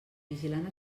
vigilant